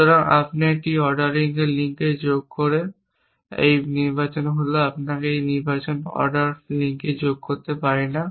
সুতরাং একবার আপনি একটি অর্ডারিং লিঙ্ক যোগ করলে এই নির্বাচন হল আমরা এই নির্বাচনে অর্ডার লিঙ্ক যোগ করতে পারি না